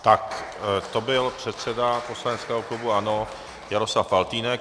Tak, to byl předseda poslaneckého klubu ANO Jaroslav Faltýnek.